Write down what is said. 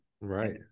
Right